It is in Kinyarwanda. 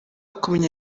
kumenya